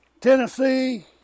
Tennessee